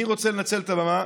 אני רוצה לנצל את הבמה